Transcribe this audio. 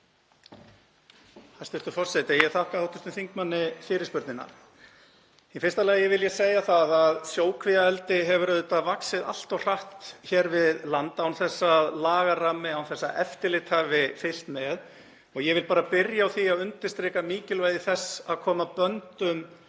Hæstv. forseti. Ég þakka hv. þingmanni fyrirspurnina. Í fyrsta lagi vil ég segja það að sjókvíaeldi hefur auðvitað vaxið allt of hratt hér við land án þess að lagarammi, án þess að eftirlit hafi fylgt með og ég vil bara byrja á því að undirstrika mikilvægi þess að koma böndum